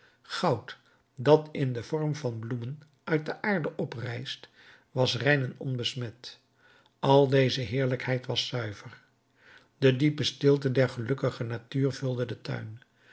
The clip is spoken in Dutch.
goud dat in den vorm van bloemen uit de aarde oprijst was rein en onbesmet al deze heerlijkheid was zuiver de diepe stilte der gelukkige natuur vulde den tuin